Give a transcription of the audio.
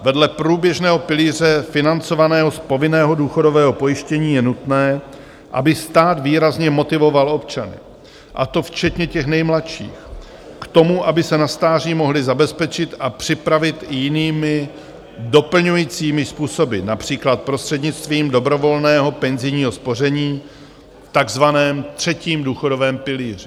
Vedle průběžného pilíře financovaného z povinného důchodového pojištění je nutné, aby stát výrazně motivoval občany, a to včetně těch nejmladších, k tomu, aby se na stáří mohli zabezpečit a připravit i jinými, doplňujícími způsoby, například prostřednictvím dobrovolného penzijního spoření v takzvaném třetím důchodovém pilíři.